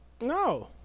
no